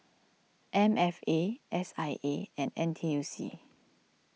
M F A S I A and N T U C